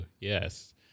yes